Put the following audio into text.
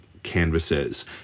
canvases